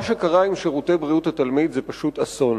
מה שקרה עם שירותי בריאות התלמיד זה פשוט אסון.